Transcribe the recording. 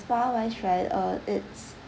spa wise right uh it's